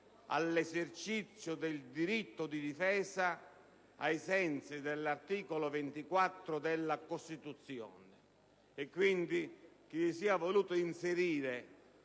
all'esercizio del diritto di difesa ai sensi dell'articolo 24 della Costituzione e quindi, che si sia voluto inserire